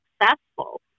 successful